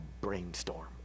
brainstorm